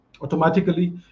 automatically